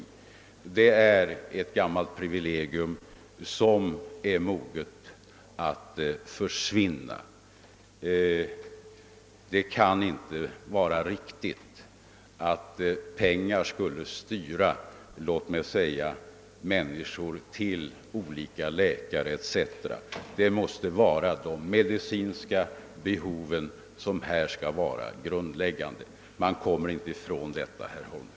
Det är ett gammalt privilegium som är moget att försvinna, ty det kan inte vara riktigt att pengar skall styra människor till olika läkare o.s.v. De medicinska behoven måste vara avgörande, det kommer man inte ifrån, herr Holmberg.